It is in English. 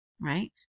right